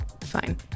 Fine